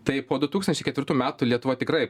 tai po du tūkstančiai ketvirtų metų lietuva tikrai